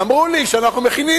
אמרו לי: אנחנו מכינים,